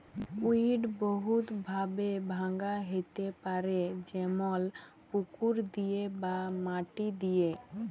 weed বহুত ভাবে ভাঙা হ্যতে পারে যেমল পুকুর দিয়ে বা মাটি দিয়ে